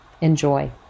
Enjoy